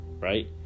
right